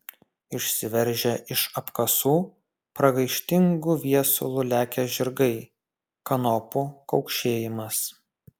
išsiveržę iš apkasų pragaištingu viesulu lekią žirgai kanopų kaukšėjimas